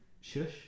Shush